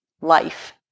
life